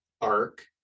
arc